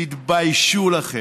תתביישו לכם.